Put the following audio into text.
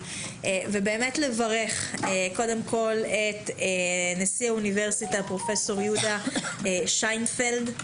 ולברך קודם כל את נשיא האוניברסיטה פרופ' יהודה שינפלד,